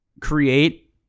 Create